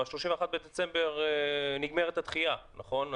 ב-31 בדצמבר נגמרת הדחיה, נכון?